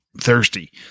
thirsty